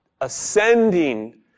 ascending